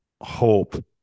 hope